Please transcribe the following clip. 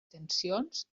tensions